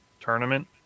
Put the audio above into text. tournament